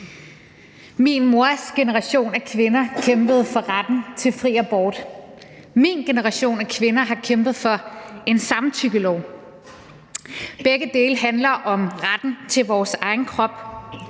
Min mors generation af kvinder kæmpede for retten til fri abort. Min generation af kvinder har kæmpet for en samtykkelov. Begge dele handler om retten til vores egen krop,